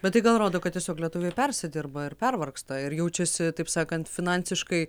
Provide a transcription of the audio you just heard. bet tai gal rodo kad tiesiog lietuviai persidirba ir pervargsta ir jaučiasi taip sakant finansiškai